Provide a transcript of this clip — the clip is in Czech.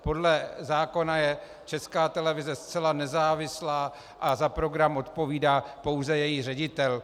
Podle zákona je Česká televize zcela nezávislá a za program odpovídá pouze její ředitel.